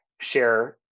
share